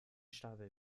stapel